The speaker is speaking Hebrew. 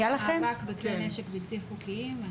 מאבק בכלי נשק בלתי חוקיים.